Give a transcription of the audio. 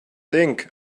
think